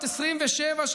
בת 27,